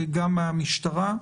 המשטרה,